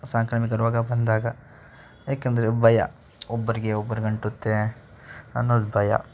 ಸಾಂಕ್ರಾಮಿಕ ರೋಗ ಬಂದಾಗ ಏಕೆಂದ್ರೆ ಭಯ ಒಬ್ಬರಿಗೆ ಒಬ್ರಿಗೆ ಅಂಟುತ್ತೆ ಅನ್ನೋದು ಭಯ